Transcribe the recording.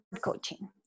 coaching